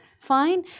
fine